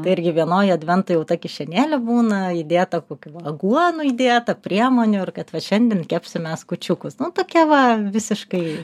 tai irgi vienoj advento jau ta kišenėlė būna įdėta kokių aguonų įdėta priemonių ir kad va šiandien kepsim mes kūčiukus nu tokia va visiškai